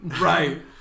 Right